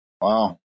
Wow